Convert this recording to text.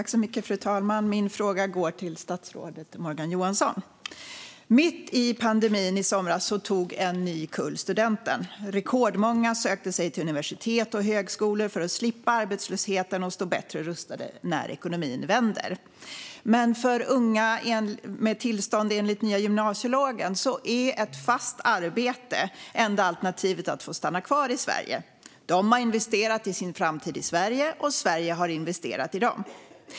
Fru talman! Min fråga går till statsrådet Morgan Johansson. Mitt i pandemin tog i somras en ny kull studenten. Rekordmånga sökte sig till universitet och högskolor för att slippa arbetslöshet och för att kunna stå bättre rustade när ekonomin vänder. För unga med tillstånd enligt nya gymnasielagen är dock ett fast arbete det enda alternativet för att få stanna kvar i Sverige. De har investerat i sin framtid i Sverige, och Sverige har investerat i dem.